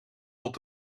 tot